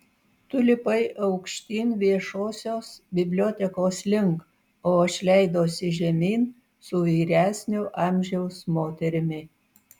tu lipai aukštyn viešosios bibliotekos link o aš leidausi žemyn su vyresnio amžiaus moterimi